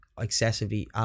excessively